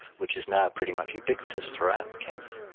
which is now pretty much ubiquitous throughout kenya,